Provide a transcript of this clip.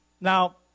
Now